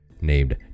named